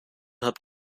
habt